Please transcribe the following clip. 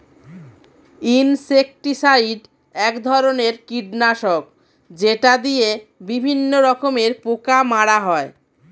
insecticide এক ধরনের কীটনাশক যেটা দিয়ে বিভিন্ন রকমের পোকা মারা হয়